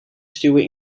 stuwen